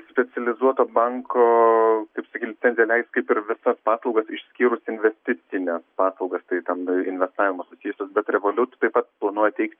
specializuoto banko kaip saky licencija leis kaip ir visas paslaugas išskyrus investicines paslaugas tai ten investavimo susijusios bet revoliut taip pat planuoja teikti